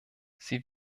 sie